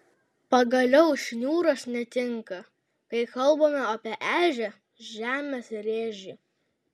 pagaliau šniūras netinka kai kalbame apie ežią žemės rėžį